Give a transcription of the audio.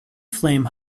flame